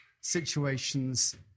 situations